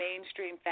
mainstream